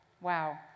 Wow